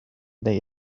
they